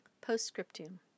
Postscriptum